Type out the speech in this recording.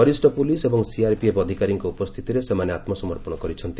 ବରିଷ୍ଣ ପୁଲିସ୍ ଏବଂ ସିଆର୍ପିଏଫ୍ ଅଧିକାରୀଙ୍କ ଉପସ୍ଥିତିରେ ସେମାନେ ଆତ୍ମସମର୍ପଣ କରିଛନ୍ତି